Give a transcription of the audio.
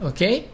Okay